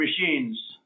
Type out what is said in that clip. machines